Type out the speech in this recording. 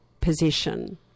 position